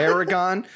Aragon